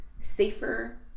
safer